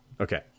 Okay